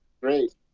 great